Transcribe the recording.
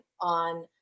on